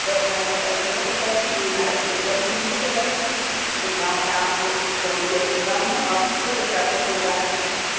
sir हमारे पास दोनों प्रकार की सुविधाएं उपलब्ध हैं जिस प्रकार की सुविधाओं में आपको सहूलियत प्रदान हो आप उसी प्रकार का भुगतान हमें करें